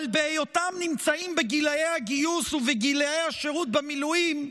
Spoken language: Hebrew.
אבל בהיותם נמצאים בגילי הגיוס ובגילי השירות במילואים,